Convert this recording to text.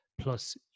plus